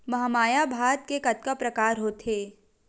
महमाया भात के कतका प्रकार होथे?